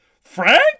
Frank